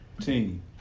team